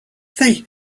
they